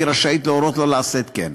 היא רשאית להורות לה לעשות כן.